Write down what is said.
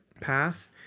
path